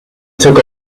took